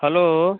hello